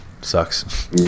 sucks